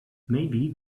maybe